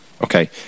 Okay